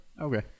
Okay